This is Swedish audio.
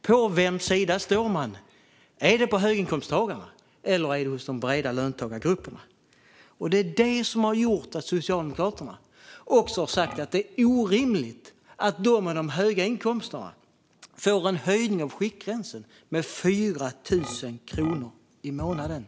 På vems sida står man - är det på höginkomsttagarnas eller de breda löntagargruppernas? Det är detta som har gjort att Socialdemokraterna har sagt att det är orimligt att de med höga inkomster får en höjning av skiktgränsen med 4 000 kronor i månaden.